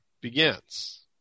begins